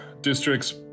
districts